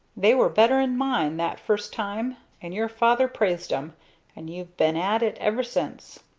they were bettern' mine that first time and your father praised em and you've been at it ever since.